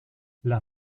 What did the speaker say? las